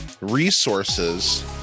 resources